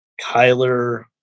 Kyler